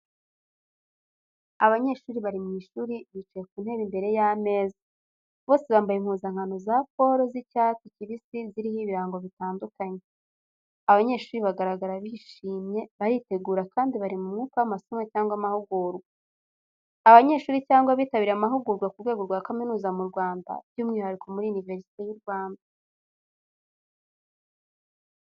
Abanyeshuri bari mu ishuri bicaye ku ntebe imbere y’ameza. Bose bambaye impuzankano za polo z’icyatsi kibisi ziriho ibirango bitandukanye. Abanyeshuri bagaragara bishimye, bariteguye kandi bari mu mwuka w’amasomo cyangwa amahugurwa. Abanyeshuri cyangwa abitabiriye amahugurwa ku rwego rwa kaminuza mu Rwanda by’umwihariko muri Univerisite y'u Rwanda.